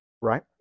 right